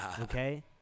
Okay